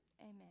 Amen